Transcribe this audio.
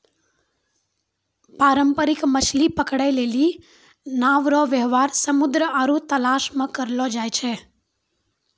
पारंपरिक मछली पकड़ै लेली नांव रो वेवहार समुन्द्र आरु तालाश मे करलो जाय छै